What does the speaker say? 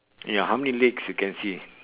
ya how many legs you can see